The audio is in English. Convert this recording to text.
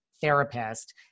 therapist